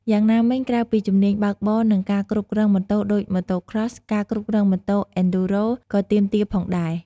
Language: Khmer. យ៉ាងណាមិញក្រៅពីជំនាញបើកបរ និងការគ្រប់គ្រងម៉ូតូដូច Motocross ការគ្រប់គ្រងម៉ូតូ អេនឌ្យូរ៉ូ (Enduro) ក៏ទាមទារផងដែរ។